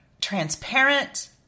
transparent